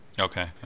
Okay